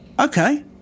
okay